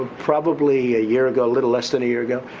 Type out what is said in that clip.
probably a year ago, a little less than a year ago,